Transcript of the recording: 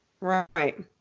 Right